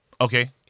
Okay